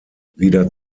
wieder